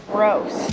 Gross